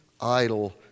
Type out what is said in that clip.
idol